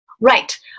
Right